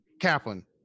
Kaplan